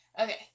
Okay